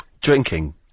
drinking